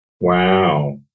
Wow